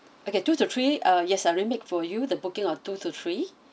okay two to three uh yes uh I've already made for you the booking of two to three